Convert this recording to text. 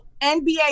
NBA